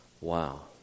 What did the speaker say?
Wow